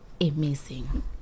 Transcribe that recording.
Amazing